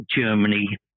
Germany